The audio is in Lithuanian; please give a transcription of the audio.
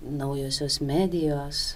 naujosios medijos